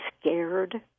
scared